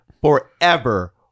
forever